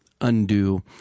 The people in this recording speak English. undo